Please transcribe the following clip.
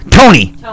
Tony